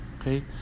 Okay